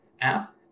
app